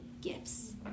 gifts